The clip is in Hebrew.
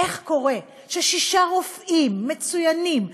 איך קורה ששישה רופאים מצוינים,